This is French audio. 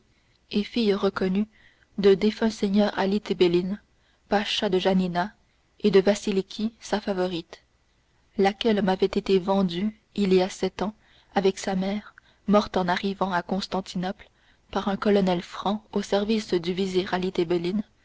et fille reconnue du défunt seigneur ali tebelin pacha de janina et de vasiliki sa favorite laquelle m'avait été vendue il y a sept ans avec sa mère morte en arrivant à constantinople par un colonel franc au service du